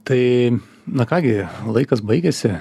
tai na ką gi laikas baigėsi